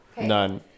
None